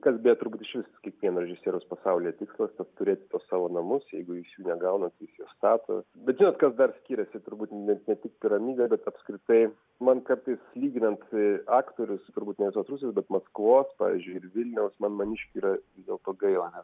kalbėt turbūt išvis kiekvieno režisieriaus pasaulyje tikslas turėti tuos savo namus jeigu jis jų negauna tai jis juos stato bet žinot kas dar skiriasi turbūt ne ne tik piramidė bet apskritai man kartais lyginant aktorius turbūt ne visos rusijos bet maskvos pavyzdžiui ir vilniaus man maniškių yra vis dėlto gaila nes